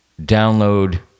download